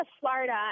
Florida